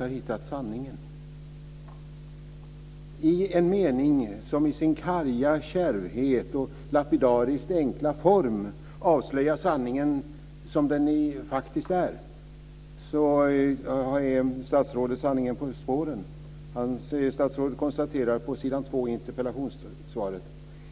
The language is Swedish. Statsrådet är sanningen på spåren i en mening som i sin karga kärvhet och lapidariskt enkla form avslöjar sanningen som den faktiskt är. Statsrådet konstaterar i sitt svar: